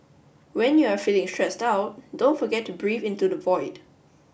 when you are feeling stressed out don't forget to breathe into the void